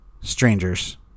Strangers